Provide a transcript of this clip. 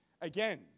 Again